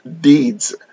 deeds